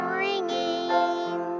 ringing